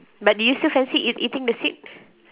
but do you still fancy eat~ eating the seed